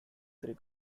three